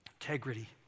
integrity